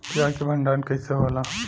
प्याज के भंडारन कइसे होला?